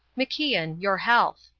macian, your health!